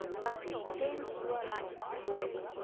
that will change your life forever.